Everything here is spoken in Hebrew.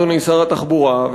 אדוני שר התחבורה,